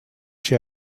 she